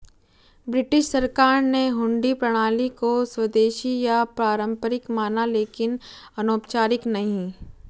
British सरकार ने हुंडी प्रणाली को स्वदेशी या पारंपरिक माना लेकिन अनौपचारिक नहीं